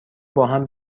باهم